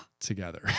Together